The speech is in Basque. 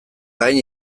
gain